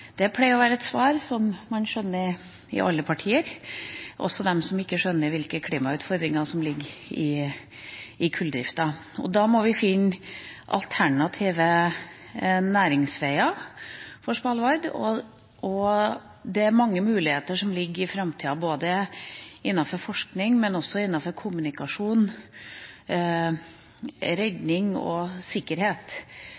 det pleier å være et svar som man skjønner i alle partier, også i dem som ikke skjønner hvilke klimautfordringer som ligger i kulldrifta. Da må vi finne alternative næringsveier for Svalbard. Det er mange muligheter som ligger i framtida innenfor både forskning og kommunikasjon, redning og sikkerhet